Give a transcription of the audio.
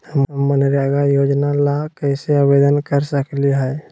हम मनरेगा योजना ला कैसे आवेदन कर सकली हई?